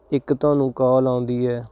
ਇੱਕ ਤੁਹਾਨੂੰ ਕਾਲ ਆਉਂਦੀ ਹੈ